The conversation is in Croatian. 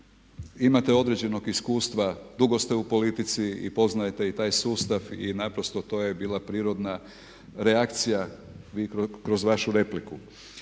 imate određenog iskustva, dugo ste u politici i poznajete i taj sustav i naprosto to je bila prirodna reakcija kroz vašu repliku.